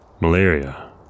Malaria